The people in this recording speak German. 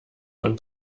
von